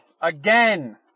Again